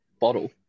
bottle